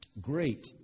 great